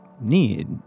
need